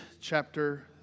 chapter